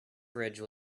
bridge